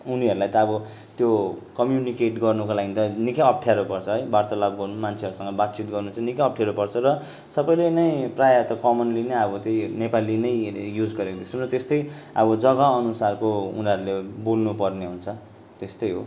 उनीहरूलाई त अबो त्यो कम्युनिकेट गर्नुको लागि त निकै अप्ठ्यारो पर्छ है वार्तालाप गर्नु मान्छेहरूसँग बातचित गर्नु चाहिँ निकै अप्ठ्यारो पर्छ र सबैले नै प्रायः त कमनली नै अब त्यही नेपाली नै युज गर्यो भने त त्यस्तै अब जगा अनुसारको उनीहरूले बोल्नु पर्ने हुन्छ त्यस्तै हो